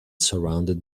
surrounded